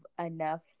enough